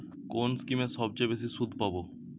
কোন স্কিমে সবচেয়ে বেশি সুদ পাব?